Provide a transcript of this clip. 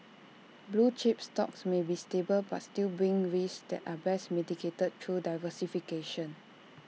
blue chip stocks may be stable but still brings risks that are best mitigated through diversification